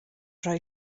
rhoi